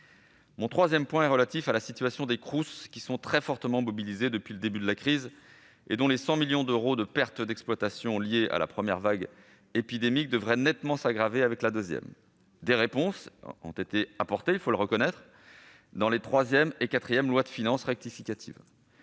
Mon troisième point a trait à la situation des Crous, qui sont très fortement mobilisés depuis le début de la crise et dont les 100 millions d'euros de pertes d'exploitation liés à la première vague épidémique devraient nettement s'aggraver avec la deuxième. Des réponses ont été apportées- il faut le reconnaître -dans les troisième et quatrième lois de finances rectificatives,